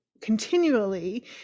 continually